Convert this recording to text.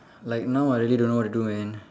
like now I really don't know what to do man